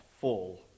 full